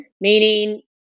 Meaning